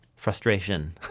Frustration